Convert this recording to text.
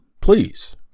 please